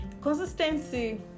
Consistency